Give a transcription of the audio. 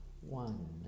One